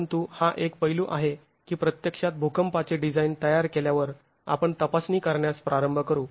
परंतु हा एक पैलू आहे की प्रत्यक्षात भूकंपाचे डिझाईन तयार केल्यावर आपण तपासणी करण्यास प्रारंभ करू